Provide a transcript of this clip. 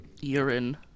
urine